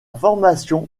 formation